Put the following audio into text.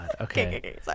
Okay